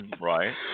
Right